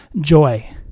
joy